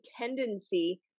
tendency